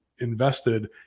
invested